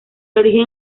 origen